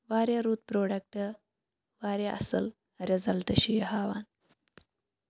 واریاہ رُت پرٛوڈَکٹ واریاہ اَصٕل رِزَلٹ چھِ یہِ ہاوان